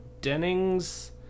Dennings